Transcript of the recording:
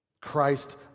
Christ